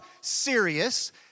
serious